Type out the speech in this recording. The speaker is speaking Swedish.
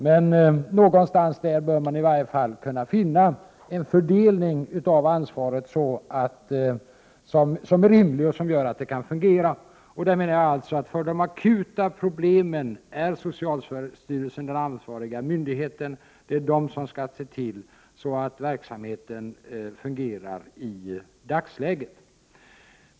Men någonstans där bör man i varje fall kunna finna en fördelning av ansvaret som är rimlig och som gör att det hela kan fungera. Jag menar alltså att för de akuta problemen är socialstyrelsen den ansvariga myndigheten. Det är socialstyrelsen som skall se till att verksamheten fungerar i dagsläget.